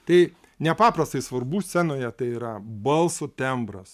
tai nepaprastai svarbu scenoje tai yra balso tembras